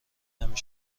نمی